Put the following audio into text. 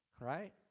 right